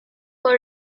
for